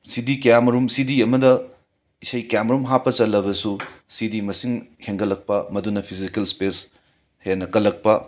ꯁꯤꯗꯤ ꯀꯌꯥ ꯃꯔꯨꯝ ꯁꯤꯗꯤ ꯑꯃꯗ ꯏꯁꯩ ꯀꯌꯥ ꯃꯔꯨꯝ ꯍꯥꯞꯄ ꯆꯜꯂꯕꯁꯨ ꯁꯤꯗꯤ ꯃꯁꯤꯡ ꯍꯦꯟꯒꯠꯂꯛꯄ ꯃꯗꯨꯅ ꯐꯤꯖꯤꯀꯦꯜ ꯁ꯭ꯄꯦꯁ ꯍꯦꯟꯅ ꯀꯜꯂꯛꯄ